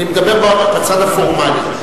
אני מדבר בצד הפורמלי.